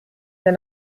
wir